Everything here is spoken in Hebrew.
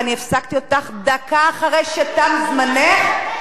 ואני הפסקתי אותך דקה אחרי שתם זמנך,